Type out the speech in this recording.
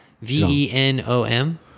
V-E-N-O-M